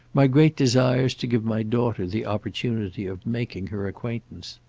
my great desire's to give my daughter the opportunity of making her acquaintance.